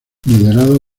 liderado